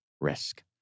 risk